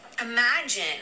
Imagine